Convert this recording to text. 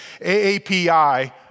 AAPI